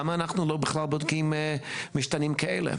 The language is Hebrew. למה אנחנו לא בודקים משתנים כאלה.